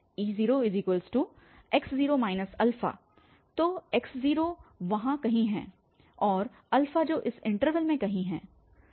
e0x0 तो x0 वहाँ कहीं है और जो इस इन्टरवल में कहीं है